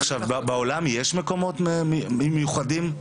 בעולם, יש מקומות מיוחדים?